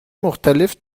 مختلف